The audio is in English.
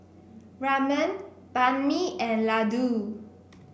Ramen Banh Mi and Ladoo